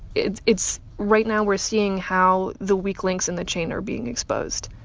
it's it's right now, we're seeing how the weak links in the chain are being exposed,